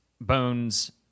Bones